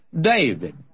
David